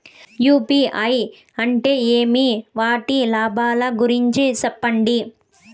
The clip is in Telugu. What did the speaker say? యు.పి.ఐ అంటే ఏమి? వాటి లాభాల గురించి సెప్పండి?